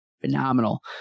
Phenomenal